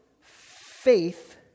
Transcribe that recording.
faith